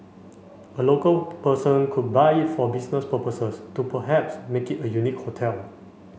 a local person could buy it for business purposes to perhaps make it a unique hotel